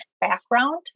background